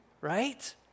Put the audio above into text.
right